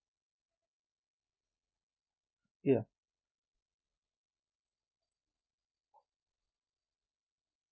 ya